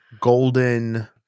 golden